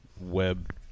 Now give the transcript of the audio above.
web